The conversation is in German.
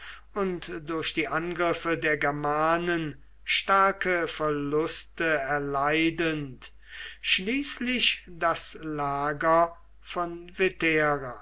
und durch die angriffe der germanen starke verluste erleidend schließlich das lager von